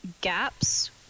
gaps